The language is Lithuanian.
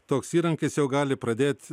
toks įrankis jau gali pradėt